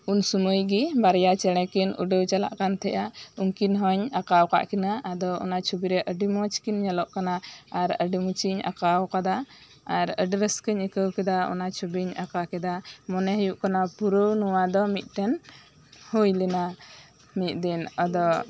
ᱩᱱ ᱥᱩᱢᱟᱹᱭ ᱜᱮ ᱵᱟᱨᱭᱟ ᱪᱮᱸᱬᱮ ᱠᱤᱱ ᱩᱰᱟᱹᱣ ᱪᱟᱞᱟᱜ ᱠᱟᱱ ᱛᱟᱦᱮᱸᱜᱼᱟ ᱩᱱᱠᱤᱱ ᱦᱚᱸᱧ ᱟᱸᱠᱟᱣ ᱟᱠᱟᱫ ᱠᱤᱱᱟᱹ ᱟᱫᱚ ᱚᱱᱟ ᱪᱷᱚᱵᱤ ᱨᱮ ᱟᱹᱰᱤ ᱢᱚᱸᱡᱽ ᱠᱤᱱ ᱧᱮᱞᱚᱜ ᱠᱟᱱᱟ ᱟᱨ ᱟᱹᱰᱤ ᱢᱚᱸᱡᱽ ᱤᱧ ᱟᱸᱠᱟᱣ ᱟᱠᱟᱫᱟ ᱟᱨ ᱟᱹᱰᱤ ᱨᱟᱹᱥᱠᱟᱹᱧ ᱟᱹᱭᱠᱟᱹᱣ ᱟᱠᱟᱫᱟ ᱚᱱᱟ ᱪᱷᱚᱵᱤᱧ ᱟᱸᱠᱟᱣ ᱠᱮᱫᱟ ᱢᱚᱱᱮ ᱦᱩᱭᱩᱜ ᱠᱟᱱᱟ ᱯᱩᱨᱟᱹ ᱱᱚᱣᱟ ᱫᱚ ᱢᱤᱫᱴᱮᱱ ᱦᱩᱭ ᱞᱮᱱᱟ ᱢᱤᱫᱫᱤᱱ ᱟᱫᱚ